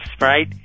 right